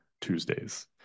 Tuesdays